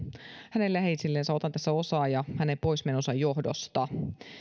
hänen läheisillensä hänen poismenonsa johdosta